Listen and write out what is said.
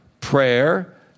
prayer